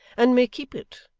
and may keep it.